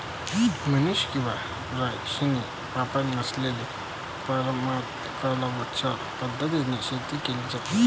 machine किंवा रसायने वापरत नसलेल्या परमाकल्चर पद्धतीने शेती केली जाते